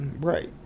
right